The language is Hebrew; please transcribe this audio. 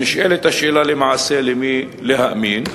נשאלת השאלה למי להאמין,